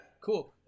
Cool